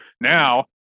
now